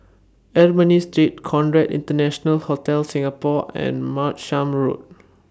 Ernani Street Conrad International Hotel Singapore and Martlesham Road